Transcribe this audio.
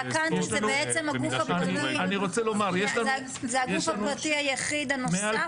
זה בעצם הגוף הפרטי היחיד הנוסף?